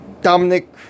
Dominic